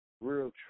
real